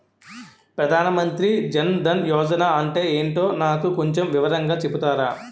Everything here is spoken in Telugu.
ప్రధాన్ మంత్రి జన్ దన్ యోజన అంటే ఏంటో నాకు కొంచెం వివరంగా చెపుతారా?